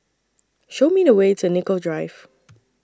Show Me The Way to Nicoll Drive